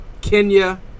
Kenya